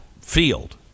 field